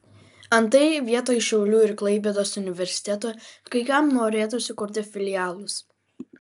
antai vietoj šiaulių ir klaipėdos universitetų kai kam norėtųsi kurti filialus